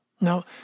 Now